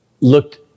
looked